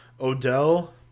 Odell